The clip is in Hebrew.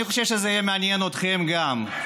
אני חושב שזה יעניין אתכם גם.